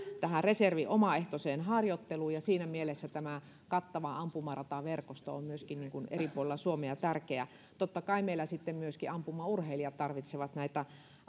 tähän reservin omaehtoiseen harjoitteluun ja siinä mielessä kattava ampumarataverkosto eri puolilla suomea on tärkeä totta kai meillä sitten myöskin ampumaurheilijat tarvitsevat näitä